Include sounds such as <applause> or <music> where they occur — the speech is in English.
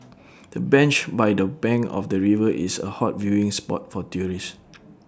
<noise> the bench by the bank of the river is A hot viewing spot for tourists